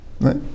Right